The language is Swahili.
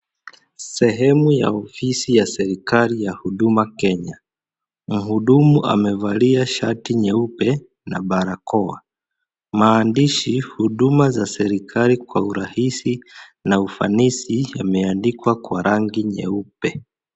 Sehemu ya ofisi ya serikali ya Huduma Kenya. Muhudumu amevalia shati nyeupe na barakoa. Maandishi ,huduma za serikali kwa urahisi na ufanisi yameandikwa kwa rangi nyeupe.